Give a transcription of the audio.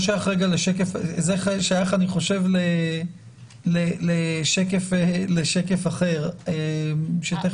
זה שייך, אני חושב, לשקף אחר שתיכף נגיע אליו.